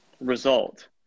result